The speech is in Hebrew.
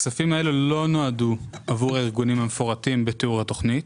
הכספים האלה לא נועדו עבור הארגונים המפורטים בתיאור התכנית,